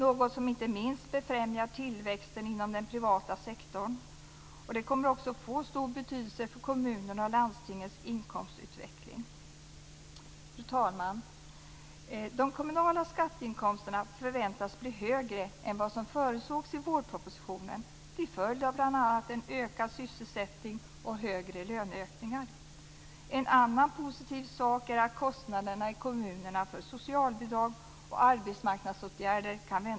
Det befrämjar inte minst tillväxten inom den privata sektorn. Det kommer också att få stor betydelse för kommunernas och landstingens inkomstutveckling. Fru talman!